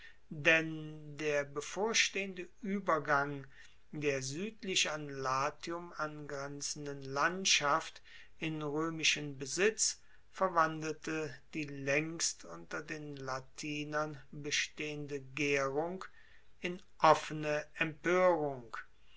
denn der bevorstehende uebergang der suedlich an latium angrenzenden landschaft in roemischen besitz verwandelte die laengst unter den latinern bestehende gaerung in offene empoerung